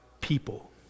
people